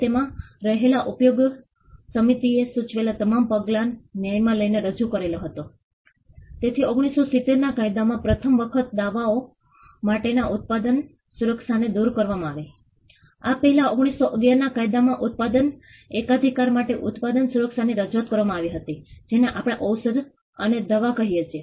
અમે મેપિંગ જૂથ ચર્ચાઓ ટાઉન વોચિંગ નિરીક્ષણો ફોટોગ્રાફ્સ ગૌણ ડેટા સંગ્રહ કરવાની તકનીક અને પદ્ધતિઓ જેવા કે સામગ્રી વિશ્લેષણ દસ્તાવેજીકરણ જેવા વિવિધ પ્રકારનાં ટૂલ્સનો ઉપયોગ કરીએ છીએ